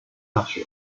大学